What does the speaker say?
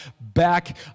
back